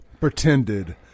pretended